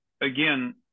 again